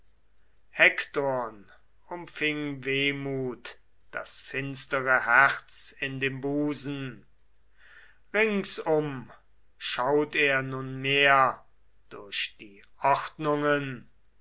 hektorn umfing wehmut das finstere herz in dem busen ringsum schaut er nunmehr durch die ordnungen